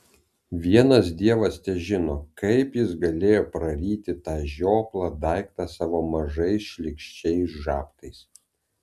vienas dievas težino kaip jis galėjo praryti tą žioplą daiktą savo mažais šlykščiais žabtais